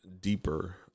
deeper